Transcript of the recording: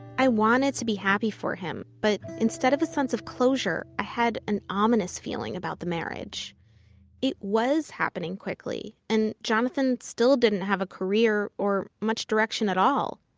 i wanted to be happy for him, but instead of a sense of closure, i had an ominous feeling about the marriage it was happening quickly, and jonathan still didn't have a career, or much direction at all.